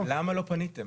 הנוהל, למה לא פניתם?